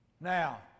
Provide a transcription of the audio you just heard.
Now